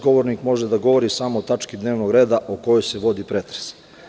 Govornik može da govori samo o tački dnevnog reda o kojoj se vodi pretres“